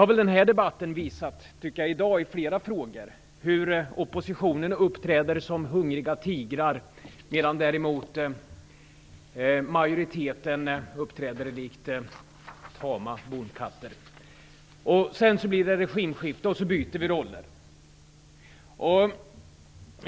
Dagens debatt har väl också i flera frågor visat att oppositionens företrädare uppträder som hungriga tigrar medan majoritetens företrädare uppträder likt tama bondkatter. Sedan blir det regimskifte, och så byter vi roller.